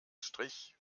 strich